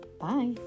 Bye